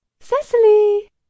cecily